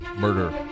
Murder